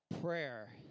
Prayer